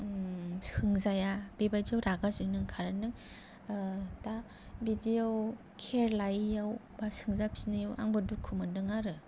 सोंजाया बेबायदियाव रागा जोंनो ओंखारो नों दा बिदिआव केयार लायैयाव बा सोंजाफिनैआव आंबो दुखु मोनदों आरो